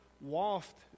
waft